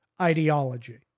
ideology